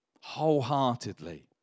wholeheartedly